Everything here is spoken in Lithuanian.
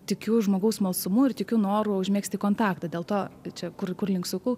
tikiu žmogaus smalsumu ir tikiu noru užmegzti kontaktą dėl to čia kur kur link suku